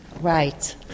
Right